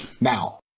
now